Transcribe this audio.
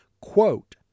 Quote